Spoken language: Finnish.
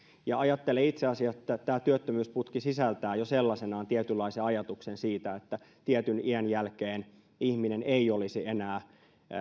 ajattelen itse asiassa että tämä työttömyysputki sisältää jo sellaisenaan tietynlaisen ajatuksen siitä että tietyn iän jälkeen ihminen ei olisi enää